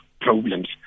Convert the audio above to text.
problems